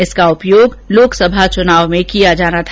इसका उपयोग लोकसभा चुनाव में किया जाना था